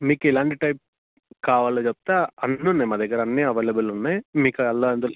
మీకు ఎలాంటి టైప్ కావాలో చెప్తే అన్నీ ఉన్నాయి మా దగ్గర అన్నీ అవైలబుల్ ఉన్నాయి మీకు అండ్ల అందులో